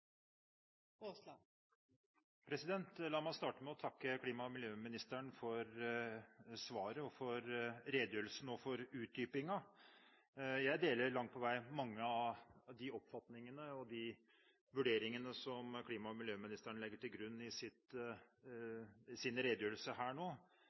La meg starte med å takke klima- og miljøministeren for svaret og for utdypingen. Jeg deler langt på vei mange av de oppfatningene og vurderingene klima- og miljøministeren legger til grunn